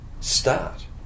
Start